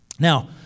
Now